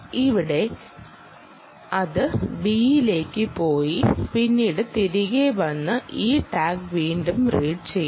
ഇവിടെ അത് ബിയിലേക്ക് പോയി പിന്നീട് തിരികെ വന്ന് ഈ ടാഗ് വീണ്ടും റീഡ് ചെയ്യും